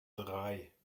drei